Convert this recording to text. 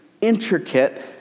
intricate